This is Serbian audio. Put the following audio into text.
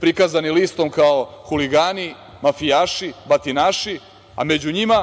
prikazani listom kao huligani, mafijaši, batinaši, a među njima